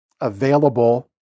available